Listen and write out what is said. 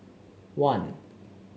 one